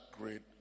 great